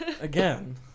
again